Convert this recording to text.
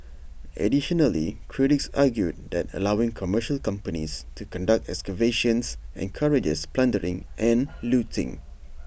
additionally critics argued that allowing commercial companies to conduct excavations encourages plundering and looting